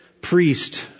priest